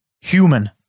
human